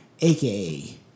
aka